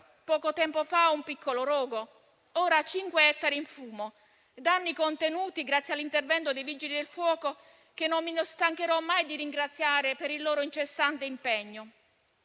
poco tempo fa un piccolo rogo, ora 5 ettari in fumo. I danni sono stati contenuti grazie all'intervento dei Vigili del fuoco, che non mi stancherò mai di ringraziare per il loro incessante impegno.